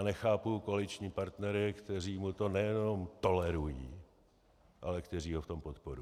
Nechápu koaliční partnery, kteří mu to nejenom tolerují, ale kteří ho v tom podporují.